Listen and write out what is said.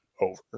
over